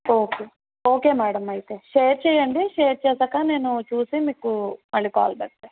okay okay madam అయితే share చేయండి share చేశాక నేను చూసి మీకు మళ్ళీ కాల్ బ్యాక్ చేస్తాను